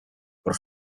por